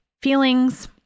feelings